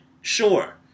Sure